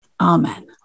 amen